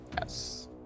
yes